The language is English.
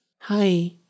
Hi